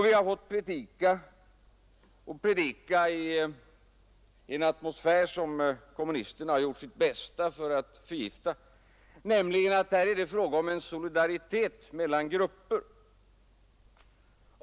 Vi har fått predika och predika — i en atmosfär som kommunisterna gjort sitt bästa för att förgifta — att här är det fråga om en solidaritet mellan grupper.